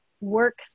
work